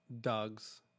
dog's